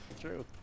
True